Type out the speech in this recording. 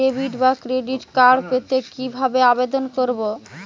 Debit বা credit card পেতে কি ভাবে আবেদন করব?